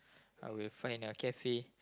I will find a cafe